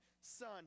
son